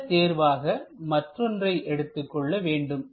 நல்ல தேர்வாக மற்றொன்றை எடுத்துக் கொள்ள வேண்டும்